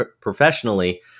professionally